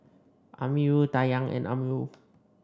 Amirul Dayang and Amirul